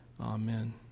Amen